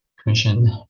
Commission